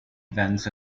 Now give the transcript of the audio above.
events